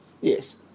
Yes